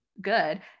good